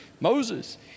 Moses